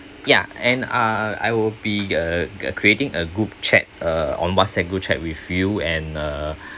ya and uh I will be uh uh creating a group chat uh on whatsapp group chat with you and uh